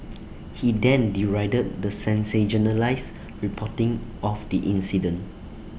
he then derided the sensationalised reporting of the incident